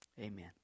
Amen